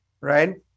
right